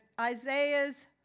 Isaiah's